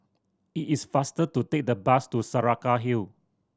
it is faster to take the bus to Saraca Hill